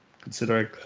considering